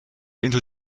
into